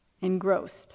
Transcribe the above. engrossed